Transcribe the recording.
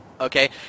Okay